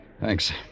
Thanks